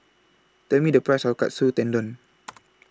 Tell Me The Price of Katsu Tendon